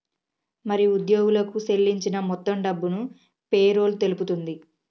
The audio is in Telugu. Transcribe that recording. మరి ఉద్యోగులకు సేల్లించిన మొత్తం డబ్బును పేరోల్ తెలుపుతుంది